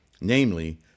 namely